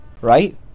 right